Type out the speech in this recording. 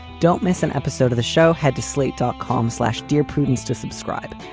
don't miss an episode of the show. head to slate dot com slash dear prudence to subscribe.